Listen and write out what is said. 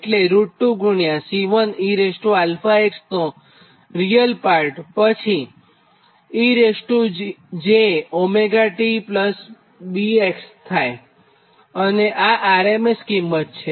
એટલે કે √2 ગુણ્યા C1e 𝛼 x નો રીયલ પાર્ટ અને પછી ej𝜔t𝛽x થાય અને આ RMS કિંમત છે